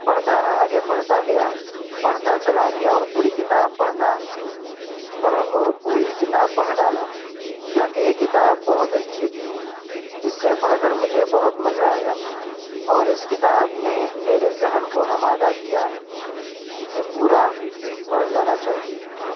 پڑھتا رہا آگے پڑھتا گیا پڑھتا چلا گیا اور پوری کتاب پڑھنا اور اور پوری کتاب پڑھ ڈالا کیونکہ یہ کتاب بہت اچھی تھی جس سے پڑھ کر مجھے بہت مزہ آیا اور اس کتاب نے میرے ذہن کو آمادہ کیا کہ پورا پڑھ لینا چاہیے